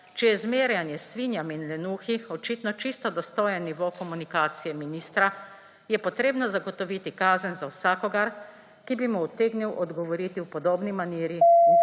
če je zmerjanje s svinjami in lenuhi očitno čisto dostojen nivo komunikacije ministra, je potrebno zagotoviti kazen za vsakogar, ki bi mu utegnil odgovoriti v podobni maniri in s tem